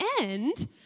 end